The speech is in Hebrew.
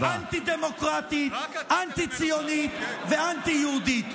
שהיא אנטי-דמוקרטית, אנטי-ציונית ואנטי-יהודית.